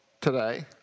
today